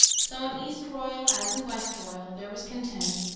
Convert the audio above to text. so in eastroyal as in westroyal there was content,